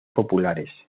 populares